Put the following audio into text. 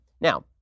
Now